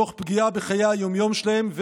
תוך פגיעה בחיי היום-יום שלהם,